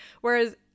whereas